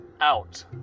out